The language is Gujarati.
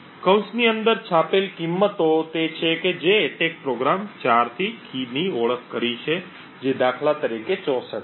કૌંસની અંદર છાપેલ કિંમતો તે છે કે જે એટેક પ્રોગ્રામ 4 થી કી ની ઓળખ કરી છે જે દાખલા તરીકે 64 છે